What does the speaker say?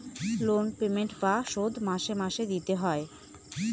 loan payment বা শোধ মাসে মাসে দিতে হয়